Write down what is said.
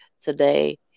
today